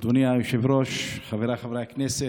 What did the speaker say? אדוני היושב-ראש, חבריי חברי הכנסת,